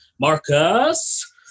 Marcus